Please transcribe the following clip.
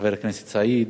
וחבר הכנסת סעיד,